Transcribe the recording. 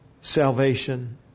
salvation